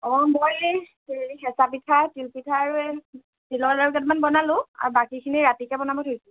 অঁ মই এই হেৰি পিঠা তিল পিঠা আৰু এই তিলৰ লাড়ু কেইটামান বনালোঁ আৰু বাকীখিনি ৰাতিকৈ বনাব থৈছোঁ